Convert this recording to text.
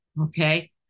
Okay